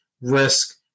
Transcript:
risk